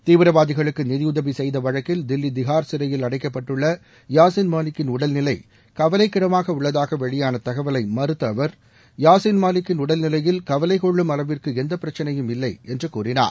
தீவிரவாதிகளுக்கு நிதியுதவி செய்த வழக்கில் தில்லி திகார் சிறையில் அடைக்கப்பட்டுள்ள யாசின் மாலிக்கின் உடல்நிலை கவலைக்கிடமாக உள்ளதாக வெளியான தகவலை மறுத்த அவர் யாசின் மாலிக்கின் உடல்நிலையில் கவலை கொள்ளும் அளவிற்கு எந்த பிரச்சினையும் இல்லை என்று கூறினார்